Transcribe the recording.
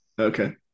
okay